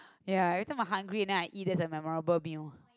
ya every time I hungry and then I eat that's a memorable meal